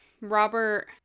Robert